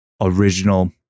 original